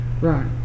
Right